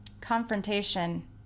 confrontation